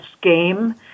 game